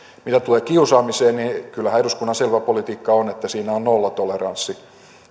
mitä tulee kiusaamiseen niin kyllähän eduskunnan selvä politiikka on että siinä on nollatoleranssi